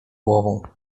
głową